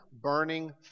burning